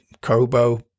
Kobo